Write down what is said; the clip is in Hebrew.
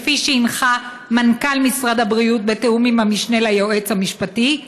כפי שהנחה מנכ"ל משרד הבריאות בתיאום עם המשנה ליועץ המשפטי?